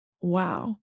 Wow